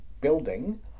building